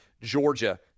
Georgia